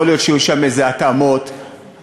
יכול להיות שיהיו שם התאמות כלשהן,